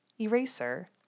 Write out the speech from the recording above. eraser